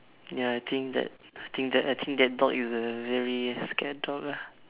ya I think that I think that actually that dog is a very scared dog lah